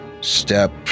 step